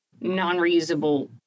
non-reusable